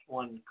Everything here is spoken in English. one